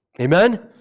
Amen